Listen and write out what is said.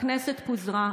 הכנסת פוזרה,